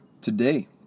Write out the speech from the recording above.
today